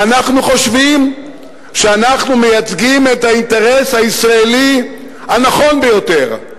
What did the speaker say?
ואנחנו חושבים שאנחנו מייצגים את האינטרס הישראלי הנכון ביותר,